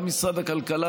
גם משרד הכלכלה,